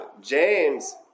James